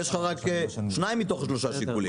יש לך רק שניים מתוך השלושה שיקולים.